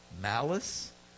Malice